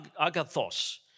agathos